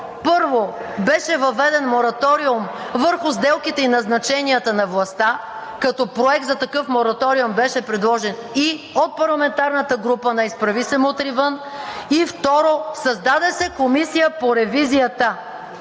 Първо, беше въведен мораториум върху сделките и назначенията на властта, като проект за такъв мораториум беше предложен и от парламентарната група на „Изправи се! Мутри вън!“, и, второ, създаде се Комисия по ревизията.